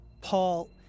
Paul